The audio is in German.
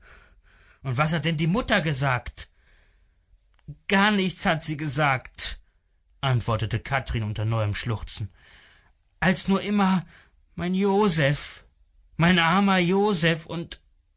und was hat denn die mutter gesagt gar nichts hat sie gesagt antwortete kathrin unter neuem schluchzen als nur immer mein josef mein armer josef und